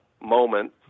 moment